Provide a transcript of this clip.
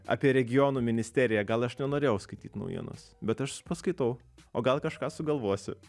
apie regionų ministeriją gal aš nenorėjau skaityt naujienos bet aš paskaitau o gal kažką sugalvosiu